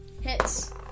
Hits